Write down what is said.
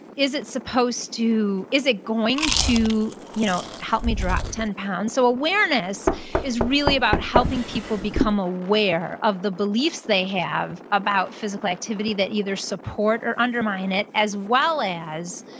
is it supposed to, is it going to you know help me drop ten pounds? so awareness is really about helping people become aware of the beliefs they have about physical activity that either support or undermine it, as well as